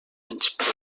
menysprea